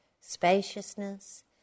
spaciousness